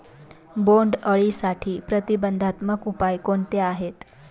बोंडअळीसाठी प्रतिबंधात्मक उपाय कोणते आहेत?